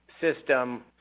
system